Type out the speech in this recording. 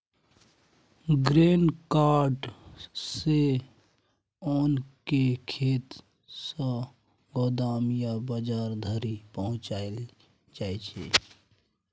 grain cart सँ ओन केँ खेत सँ गोदाम या बजार धरि पहुँचाएल जाइ छै